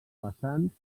vessants